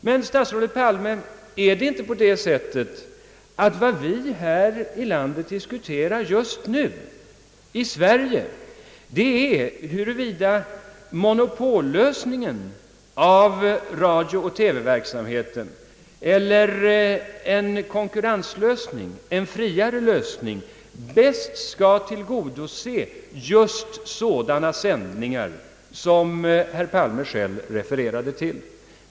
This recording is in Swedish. Men, statsrådet Palme, är det inte på det sättet, att vad vi just nu diskuterar här i Sverige är huruvida monopollösningen av radiooch TV-verksamheten eller en konkurrenslösning, en friare lösning, bäst skall tillgodose sådana sändningar som herr Palme själv refererade till?